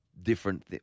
different